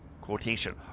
quotation